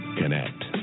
connect